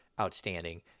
outstanding